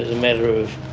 matter of